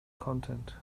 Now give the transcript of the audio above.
content